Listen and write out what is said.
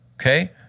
okay